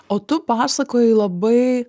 o tu pasakojai labai